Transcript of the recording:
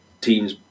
teams